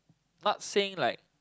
not saying like